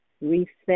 reset